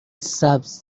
سبز